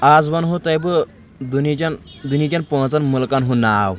آز ونہو تۄہہِ بہٕ دُنہیٖچَن دُنہٕیٖکیٚن پانٛژن مُلکن ہُنٛد ناو